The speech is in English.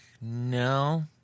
No